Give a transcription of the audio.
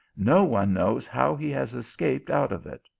no one knows how he has escaped out of it.